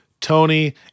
Tony